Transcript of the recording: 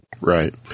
Right